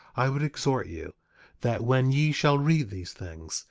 i would exhort you that when ye shall read these things,